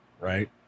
right